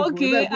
Okay